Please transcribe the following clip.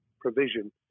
provision